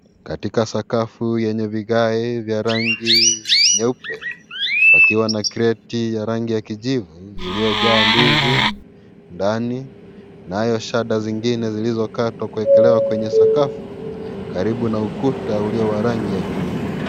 Katika sakafu yenye vigae vya rangi nyeupe. Pakiwa na kreti ya rangi ya kijivu, iliyojaa ndizi ndani. Nayo shada zingine zilizokatwa kuwekelewa kwenye sakafu, karibu na ukuta ulio wa rangi ya krimu.